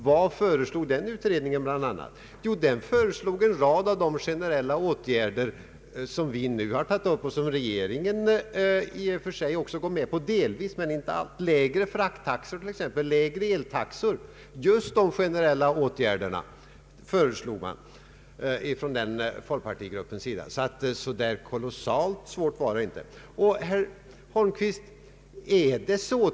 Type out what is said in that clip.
Vad föreslog den utredningen bl.a.? Jo, den föreslog en rad av de generella åtgärder som vi nu tagit upp och som regeringen i och för sig också går med på — delvis. Lägre frakttaxor t.ex. och lägre eltaxor, just sådana generella åtgärder föreslog man från folkpartigruppens sida. Så att så där kolossalt svårt för mig att gå med på vad som i dag föreslås av regeringen är det inte!